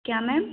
क्या मैम